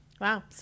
Wow